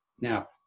Now